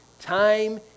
time